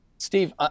Steve